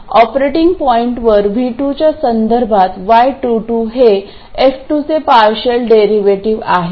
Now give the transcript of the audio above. operating पॉईंटवर V2 च्या संदर्भात y22 हे f2 चे पार्शियल डेरिव्हेटिव्ह आहे